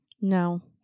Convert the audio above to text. No